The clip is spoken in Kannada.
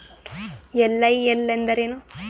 ಎಲ್.ಐ.ಎಲ್ ಎಂದರೇನು?